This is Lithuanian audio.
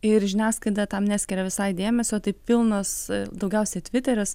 ir žiniasklaida tam neskiria visai dėmesio tai pilnas daugiausia tviteris